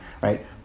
right